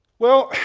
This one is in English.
well,